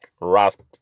rust